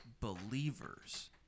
believers